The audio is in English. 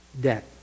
debt